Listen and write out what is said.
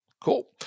Cool